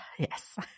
Yes